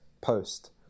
post